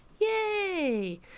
Yay